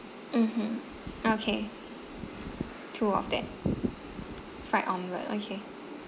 mmhmm okay two of that fried omelette okay